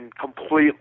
completely